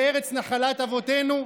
בארץ נחלת אבותינו?